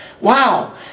wow